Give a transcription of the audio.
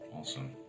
Awesome